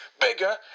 bigger